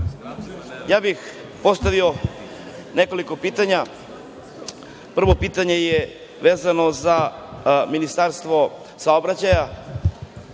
Postavio bih nekoliko pitanja. Prvo pitanje je vezano za Ministarstvo saobraćaja,